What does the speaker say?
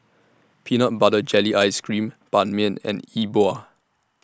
Peanut Butter Jelly Ice Cream Ban Mian and Yi Bua